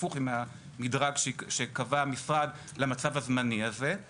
הפוך מהמדרג שקבע המשרד למצב הזמני הזה;